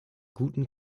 guten